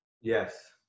Yes